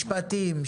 משרד המשפטים,